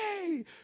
hey